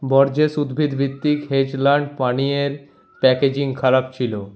Borges উদ্ভিদ ভিত্তিক hazelnut পানীয়ের প্যাকেজিং খারাপ ছিল